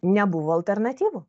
nebuvo alternatyvų